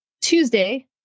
Tuesday